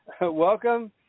welcome –